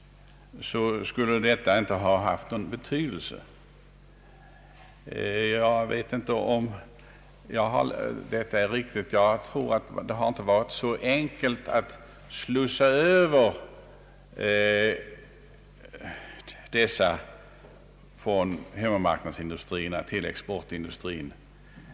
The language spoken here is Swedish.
Jag kan inte helt ansluta mig till denna uppfattning; jag tror nämligen att det inte är så enkelt att slussa över den friställda arbetskraften från hemmamarknadsindustrierna till exportindustrierna.